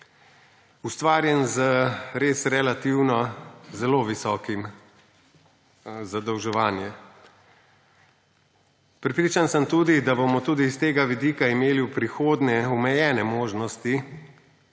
ustvarjen z res relativno zelo visokim zadolževanjem. Prepričan sem tudi, da bomo tudi s tega vidika imeli v prihodnje omejene možnosti,